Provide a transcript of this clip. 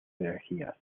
energías